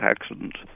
accidents